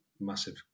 massive